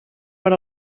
per